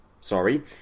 sorry